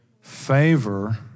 Favor